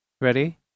Ready